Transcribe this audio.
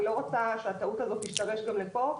אני לא רוצה שהטעות הזאת גם תשתרש לפה.